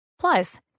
Plus